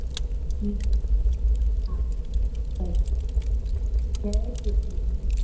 ठीकु हा जय जय झूलेलाल